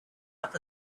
out